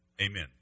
Amen